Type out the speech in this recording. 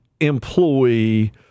employee